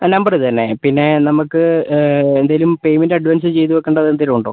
ആ നമ്പർ ഇതു തന്നെ പിന്നെ നമുക്ക് എന്തെങ്കിലും പേയ്മെൻ്റ് അഡ്വാൻസ് ചെയ്തു വെക്കേണ്ടത് എന്തെങ്കിലും ഉണ്ടോ